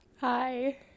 Hi